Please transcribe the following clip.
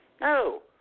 No